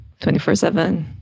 24-7